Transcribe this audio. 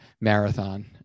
marathon